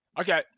Okay